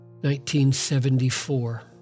1974